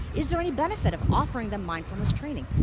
is there any benefit of offering them mindfulness training?